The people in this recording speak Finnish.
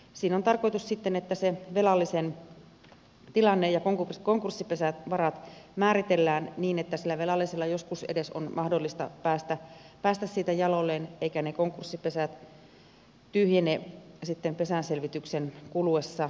siinä on tarkoitus se että velallisen tilanne ja konkurssipesän varat määritellään niin että sen velallisen edes joskus on mahdollista päästä siitä jaloilleen eikä se konkurssipesä tyhjene pesänselvityksen kuluessa